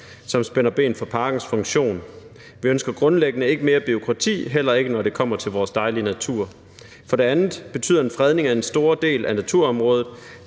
som spænder ben for parkens funktion. Vi ønsker grundlæggende ikke mere bureaukrati, heller ikke når det kommer til vores dejlige natur. For det andet betyder en fredning af en stor del af naturområdet,